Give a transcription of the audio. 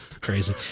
crazy